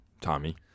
Tommy